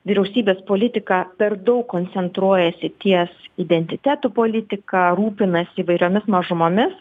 vyriausybės politika per daug koncentruojasi ties identiteto politika rūpinasi įvairiomis mažumomis